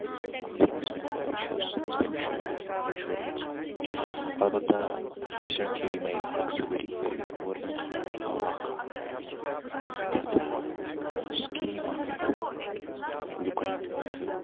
ییٚمِس ییٚمِس وَن پاے چھِ تٔمِس تٔمِس چھےٚ اِنشورَنس اَلبتہ رِسینٹلی یِمے اکھ زٕ ؤری گٔے گورمینٹ آو اکھ وَنہٕ بہٕ تَتھ سِکیٖم اکھ ہیٚتھ لُکن ہِندۍ خٲطرٕ